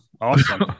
Awesome